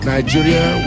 Nigeria